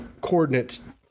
coordinates